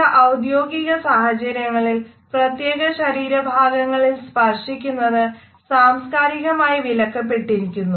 ചില ഔദ്യോഗിക സാഹചര്യങ്ങളിൽ പ്രത്യേക ശരീര ഭാഗങ്ങളിൽ സ്പർശിക്കുന്നത് സാംസ്കാരികമായി വിലക്കപ്പെട്ടിരിക്കുന്നു